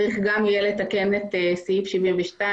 צריך גם יהיה לתקן את סעיף 72,